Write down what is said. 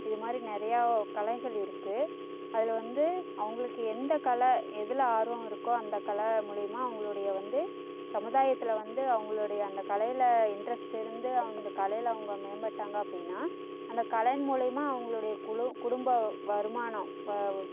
இதுமாதிரி நிறையா கலைகள் இருக்குது அதில் வந்து அவங்களுக்கு எந்த கலை எதில் ஆர்வம் இருக்கோ அந்த கலை மூலயமா அவங்களுடைய வந்து சமுதாயத்தில் வந்து அவங்களுடைய அந்த கலையில் இன்ட்ரஸ்ட் இருந்து அந்த கலையில் அவங்க மேம்பட்டாங்க அப்படினா அந்த கலை மூலயமா அவங்களுடைய குழு குடும்ப வருமானம் வ